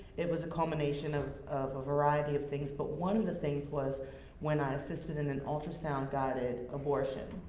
it was a culmination of of a variety of things but one of the things was when i assisted in an ultrasound-guided abortion.